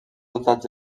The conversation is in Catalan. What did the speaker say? dotats